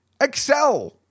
excel